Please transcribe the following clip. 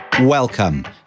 Welcome